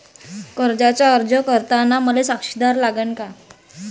कर्जाचा अर्ज करताना मले साक्षीदार लागन का?